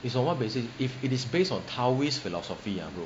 it's on what basis if it is based on taoist philosophy ah bro